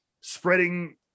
spreading